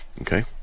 okay